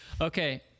Okay